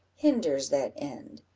hinders that end.